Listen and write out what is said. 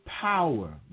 power